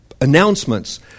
announcements